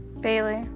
Bailey